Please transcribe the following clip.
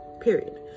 period